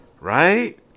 Right